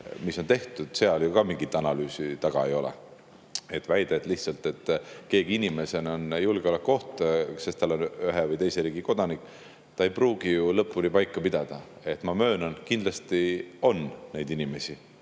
mis on tehtud, ju mingit analüüsi taga ei ole. Väide, et lihtsalt keegi inimesena on julgeolekuoht, sest ta on ühe või teise riigi kodanik, ei pruugi ju lõpuni paika pidada. Ma möönan, et kindlasti on inimesi,